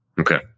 Okay